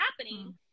happening